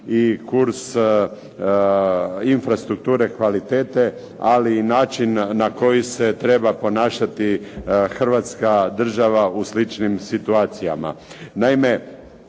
i kurs infrastrukture, kvalitete, ali i način na koji se treba ponašati Hrvatska država u sličnim situacijama.